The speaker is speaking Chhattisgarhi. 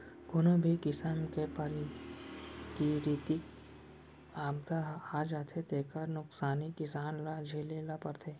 कोनो भी किसम के पराकिरितिक आपदा आ जाथे तेखर नुकसानी किसान ल झेले ल परथे